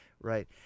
right